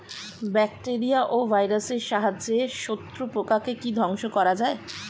Bacteria ও ভাইরাসের সাহায্যে শত্রু পোকাকে কি ধ্বংস করা যায়?